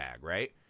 right